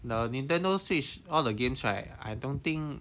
the nintendo switch all the games right I don't think